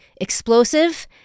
explosive